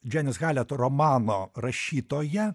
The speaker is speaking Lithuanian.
džianis halet romano rašytoją